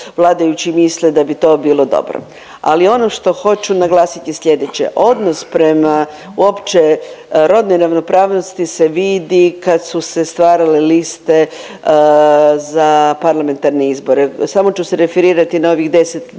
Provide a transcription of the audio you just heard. vladajući misle da bi to bilo dobro. Ali ono što hoću naglasiti je sljedeće, odnos prema uopće rodnoj ravnopravnosti se vidi kad su se stvarale liste za parlamentarne izbore. Samo ću se referirati na ovih 10 lista